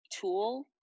tool